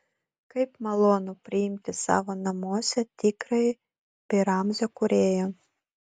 kaip malonu priimti savo namuose tikrąjį pi ramzio kūrėją